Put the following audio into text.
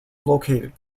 located